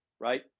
right